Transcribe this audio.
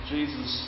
Jesus